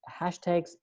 hashtags